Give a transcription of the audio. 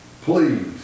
Please